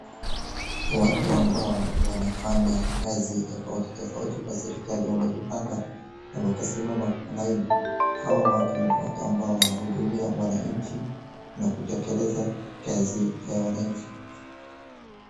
Watu ambao wanafanya kazi tofauti tofauti kwa serikali wamejipanga na wakasimama kwa laini hawa watu ndio watu wanahudumia wananchi na kutekeleza kazi ya wananchi.